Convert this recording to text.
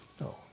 No